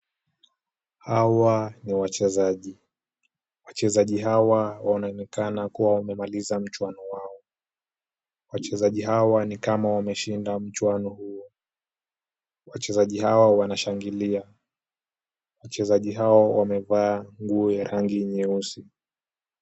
Hawa ni wachezaji. Wachezaji hawa wanaonekana kuwa wamemaliza mchuano wao. Wachezaji hawa ni kama wameshinda mchuano huo. Wachezaji hawa wanashangilia. Wachezaji hawa wamevaa nguo ya rangi nyeusi.